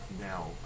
now